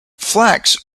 flax